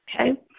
okay